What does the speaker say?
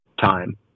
time